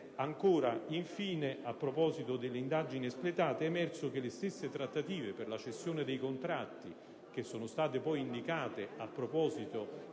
viceversa. Infine, a proposito delle indagini espletate, è emerso che le stesse trattative per la cessione dei contratti, che sono state poi indicate a proposito